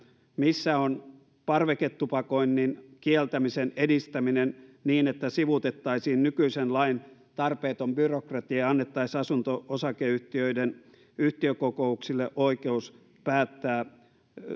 missä on parveketupakoinnin kieltämisen edistäminen niin että sivuutettaisiin nykyisen lain tarpeeton byrokratia ja annettaisiin asunto osakeyhtiöiden yhtiökokouksille oikeus päättää